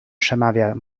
przemawia